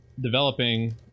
developing